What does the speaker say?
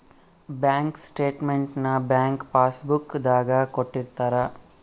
bank statement ನ bank passbook ದಾಗ ಕೊಟ್ಟಿರ್ತಾರ